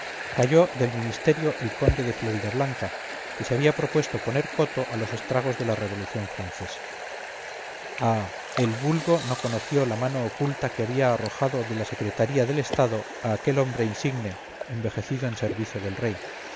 cayó del ministerio el conde de floridablanca que se había propuesto poner coto a los estragos de la revolución francesa ah el vulgo no conoció la mano oculta que había arrojado de la secretaría del estado a aquel hombre insigne envejecido en servicio del rey